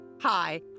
Hi